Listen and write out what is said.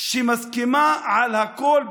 שמסכימה על הכול,